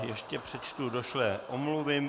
Ještě přečtu došlé omluvy.